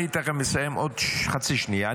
אני תכף מסיים, עוד חצי שנייה.